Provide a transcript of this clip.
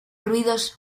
ruidos